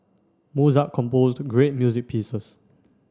Mozart composed great music pieces